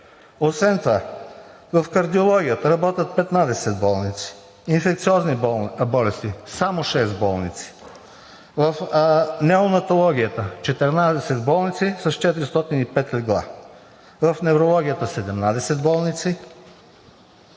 Освен това в „Кардиологията“ работят 15 болници, „Инфекциозни болести“ – само 6 болници, в „Неонатологията“ – 14 болници с 405 легла, в „Неврологията“ – 17 болници,